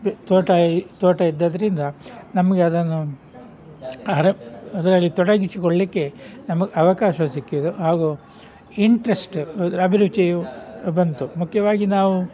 ತೋಟ ಇ ತೋಟ ಇದ್ದದ್ರಿಂದ ನಮಗೆ ಅದನ್ನು ಹರ ಅದರಲ್ಲಿ ತೊಡಗಿಸಿಕೊಳ್ಳಿಕ್ಕೆ ನಮಗೆ ಅವಕಾಶ ಸಿಕ್ಕಿತು ಹಾಗೂ ಇಂಟ್ರೆಸ್ಟ ಅಭಿರುಚಿಯು ಬಂತು ಮುಖ್ಯವಾಗಿ ನಾವು